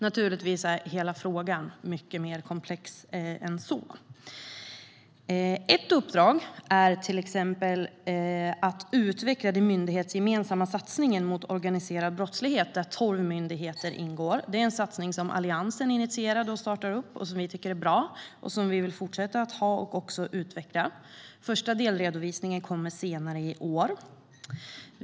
Givetvis är frågan mycket mer komplex än så. Ett uppdrag är att utveckla den myndighetsgemensamma satsningen mot organiserad brottslighet där tolv myndigheter ingår. Satsningen initierades och startades av Alliansen. Det är en satsning som vi tycker är bra och vill fortsätta med och utveckla. Den första delredovisningen kommer senare i år.